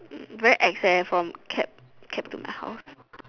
very ex eh for cab cab to my house